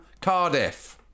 Cardiff